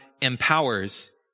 empowers